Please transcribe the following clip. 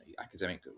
academic